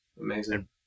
Amazing